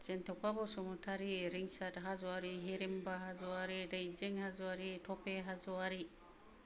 जेन्थखा बसुमतारि रिंसार हाज'वारि हिरिम्बा हाज'वारि दैजिं हाज'वारि थपे हाज'वारि